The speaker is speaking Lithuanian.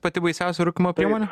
pati baisiausia rūkymo priemonė